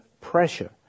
pressure